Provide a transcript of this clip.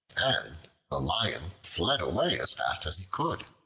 and the lion fled away as fast as he could.